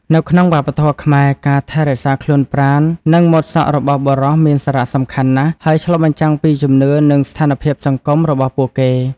នៅក្នុងវប្បធម៌ខ្មែរ ការថែរក្សាខ្លួនប្រាណ និងម៉ូតសក់របស់បុរសមានសារៈសំខាន់ណាស់ ហើយឆ្លុះបញ្ចាំងពីជំនឿ និងស្ថានភាពសង្គមរបស់ពួកគេ។